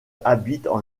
habitent